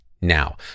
now